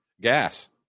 gas